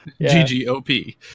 GGOP